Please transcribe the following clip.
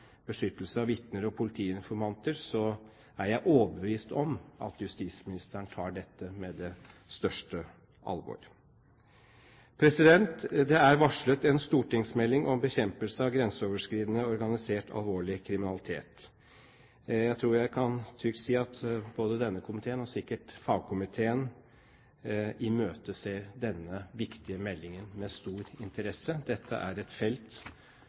beskyttelse av vitner og politiinformanter, er jeg overbevist om at justisministeren tar dette på største alvor. Det er varslet en stortingsmelding om bekjempelse av grenseoverskridende organisert alvorlig kriminalitet. Jeg tror jeg trygt kan si at både denne komiteen og sikkert fagkomiteen imøteser denne viktige meldingen med stor interesse. Dette er et felt